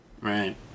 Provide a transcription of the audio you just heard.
Right